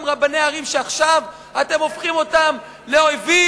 רבני ערים שעכשיו אתם הופכים אותם לאויבים,